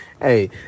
Hey